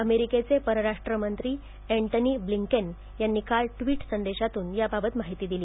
अमेरिकेचे परराष्ट्र मंत्री एंटनी ब्लिंकेन यांनी काल ट्वीट संदेशातून याबाबत माहिती दिली